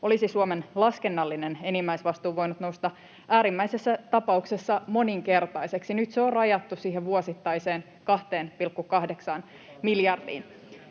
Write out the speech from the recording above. olisi Suomen laskennallinen enimmäisvastuu voinut nousta äärimmäisessä tapauksessa moninkertaiseksi. Nyt se on rajattu siihen vuosittaiseen 2,8 miljardiin.